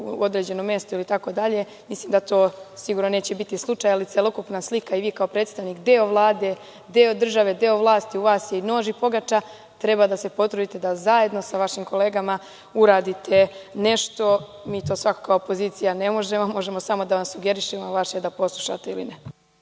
u određenom mestu itd. Mislim da to sigurno neće biti slučaj, ali celokupna slika i vi kao predstavnik, deo Vlade, deo države, deo vlasti, u vlasti je nož i pogača, treba da se potrudite da zajedno sa vašim kolegama uradite nešto. Mi to svakako kao opozicija ne možemo. Možemo samo da vam sugerišemo, a vaše je da poslušate ili ne.